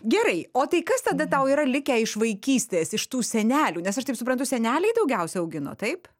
gerai o tai kas tada tau yra likę iš vaikystės iš tų senelių nes aš taip suprantu seneliai daugiausia augino taip